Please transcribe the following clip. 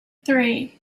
three